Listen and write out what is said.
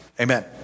Amen